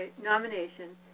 nomination